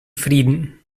frieden